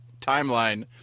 timeline –